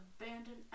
Abandoned